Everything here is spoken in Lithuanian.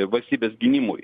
valstybės gynimui